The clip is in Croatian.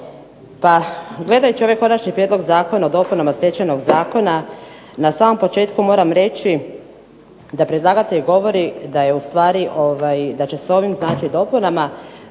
Pa gledajući ovaj Konačni prijedlog zakona o dopunama Stečajnog zakona na samom početku moram reći da predlagatelj govori da će se ovim znači dopunama